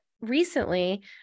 recently